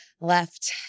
left